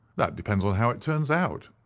that depends on how it turns out.